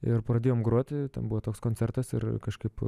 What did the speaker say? ir pradėjom groti ten buvo toks koncertas ir kažkaip